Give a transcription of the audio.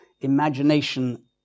imagination